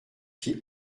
qui